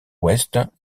ouest